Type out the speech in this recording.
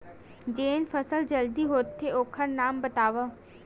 जेन फसल जल्दी होथे ओखर नाम बतावव?